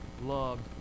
loved